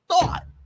thought